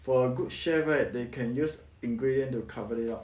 for a good share right they can use ingredient to cover it up